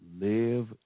live